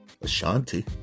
Ashanti